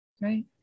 right